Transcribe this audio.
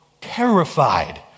terrified